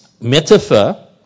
metaphor